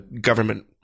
government